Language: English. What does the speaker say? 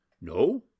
No